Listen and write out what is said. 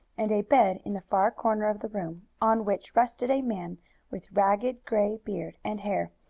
and a bed in the far corner of the room, on which rested a man with ragged gray beard and hair,